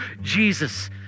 Jesus